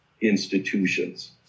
institutions